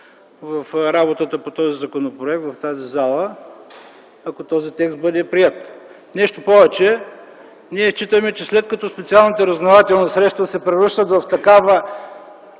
в работата по този законопроект в тази зала, ако този текст бъде приет. Нещо повече, ние считаме, че след като специалните разузнавателни средства се превръщат в такъв